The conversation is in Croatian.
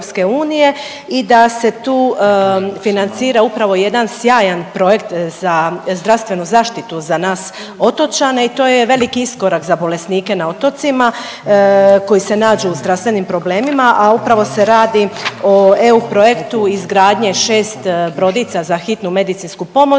i da se tu financira upravo jedan sjajan projekt za zdravstvenu zaštitu za nas otočane i to je veliki iskorak za bolesnike na otocima koji se nađu u zdravstvenim problemima, a upravo se radi o EU projektu izgradnje 6 brodica za Hitnu medicinsku pomoć